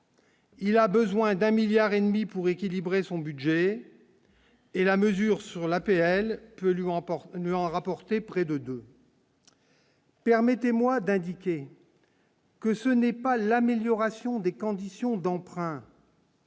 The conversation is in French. Il a besoin d'un 1000000000 et demi pour équilibrer son budget et la mesure sur l'APL peut lui rapporter ne rapporter près de 2. Permettez-moi d'indiquer. Que ce n'est pas l'amélioration des conditions d'emprunt.